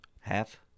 half